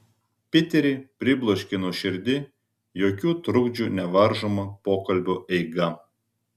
piterį pribloškė nuoširdi jokių trukdžių nevaržoma pokalbio eiga